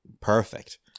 perfect